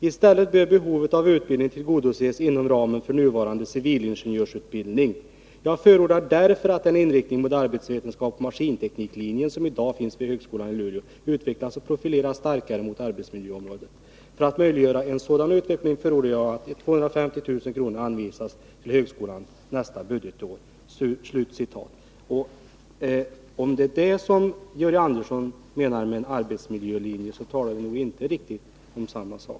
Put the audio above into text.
I stället bör behovet av utbildning tillgodoses inom ramen för nuvarande civilingenjörsutbildning. Jag förordar därför, att den inriktning mot arbetsvetenskap på maskintekniklinjen som idag finns vid högskolan i Luleå utvecklas och profileras starkare mot arbetsmiljöområdet. För att möjliggöra en sådan utveckling förordar jag att 250 000 kr. anvisas till högskolan nästa budgetår.” Om det är detta Georg Anderson menar med arbetsmiljölinje, talar vi nog inte riktigt om samma sak.